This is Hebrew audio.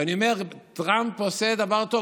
ואני אומר: טראמפ עושה דבר טוב,